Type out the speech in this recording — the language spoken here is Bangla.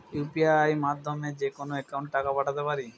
ইউ.পি.আই মাধ্যমে যেকোনো একাউন্টে টাকা পাঠাতে পারি?